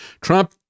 Trump